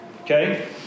Okay